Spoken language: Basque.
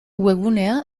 webgunea